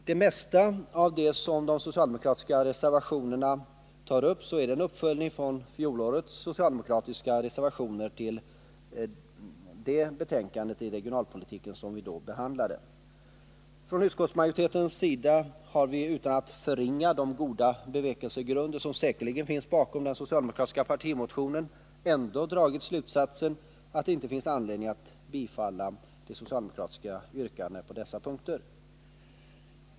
Det mesta av det de socialdemokratiska reservationerna tar upp är en uppföljning från fjolårets socialdemokratiska reservationer till det betänkande om regionalpolitiken vi då behandlade. Från utskottsmajoritetens sida har vi utan att förringa de goda bevekelsegrunder som säkerligen finns bakom den socialdemokratiska partimotionen ändå dragit slutsatsen att det inte finns anledning att bifalla de socialdemokratiska yrkandena på dessa punkter.